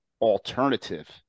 alternative